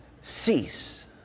cease